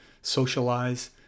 socialize